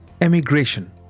emigration